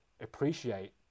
appreciate